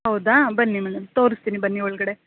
ಹೌದಾ ಬನ್ನಿ ಮೇಡಮ್ ತೋರಿಸ್ತೀನಿ ಬನ್ನಿ ಒಳಗಡೆ